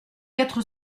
quatre